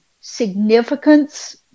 significance